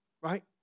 Right